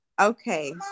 okay